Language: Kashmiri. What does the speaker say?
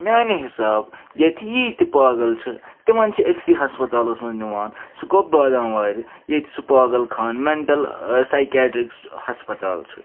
میٛانہِ حِساب ییٚتہِ ییٖتۍ تہِ پاگل چھِ تِمَن چھِ أکسٕے ہَسپَتالَس منٛز نِوان سُہ گوٚو بادام وارِ ییٚتہِ سُہ پاگل خان مٮ۪نٹَل سیکیٹرکٕس ہَسپَتال چھُ